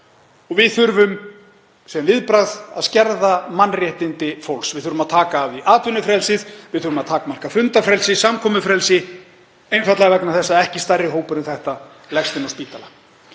og við þurfum að bregðast við með því að skerða mannréttindi fólks. Við þurfum að taka af því atvinnufrelsið. Við þurfum að takmarka fundafrelsi, samkomufrelsi, einfaldlega vegna þess að ekki stærri hópur en þetta leggst inn á spítala.